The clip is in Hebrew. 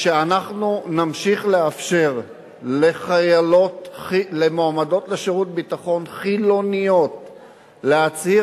שאנחנו נמשיך לאפשר למועמדות לשירות ביטחון חילוניות להצהיר,